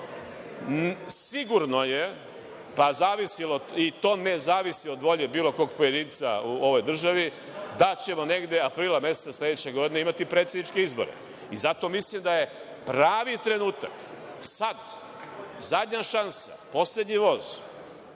države. Sigurno je, ne zavisi od volje bilo kog pojedinca u ovoj državi da ćemo negde aprila meseca sledeće godine imati predsedniče izbore i zato mislim da je pravi trenutak, sad, zadnja šansa, poslednji voz